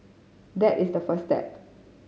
that is the first step